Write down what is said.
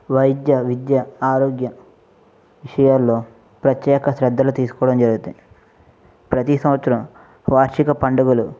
వైద్య విద్య ఆరోగ్య విషయాలలో ప్రత్యేక శ్రద్ధలు తీసుకోవడం జరుగుతాయి ప్రతి సంవత్సరం వార్షిక పండుగలు